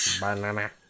Banana